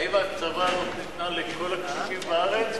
האם ההקצבה הזאת ניתנה לכל הקשישים בארץ,